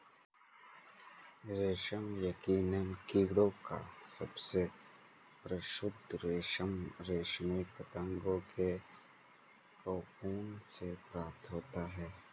रेशम यकीनन कीड़ों का सबसे प्रसिद्ध रेशम रेशमी पतंगों के कोकून से प्राप्त होता है